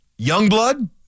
Youngblood